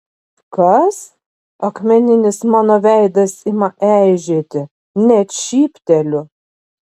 kas akmeninis mano veidas ima eižėti net šypteliu